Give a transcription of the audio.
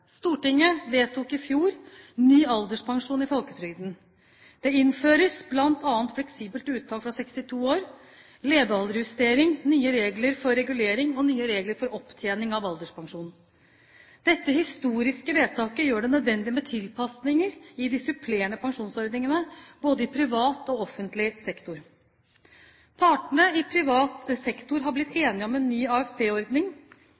Stortinget vedtok i fjor ny alderspensjon i folketrygden. Det innføres bl.a. fleksibelt uttak fra 62 år, levealdersjustering, nye regler for regulering og nye regler for opptjening av alderspensjon. Dette historiske vedtaket gjør det nødvendig med tilpasninger i de supplerende pensjonsordningene både i privat og offentlig sektor. Partene i privat sektor har blitt